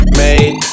made